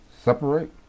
separate